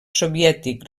soviètic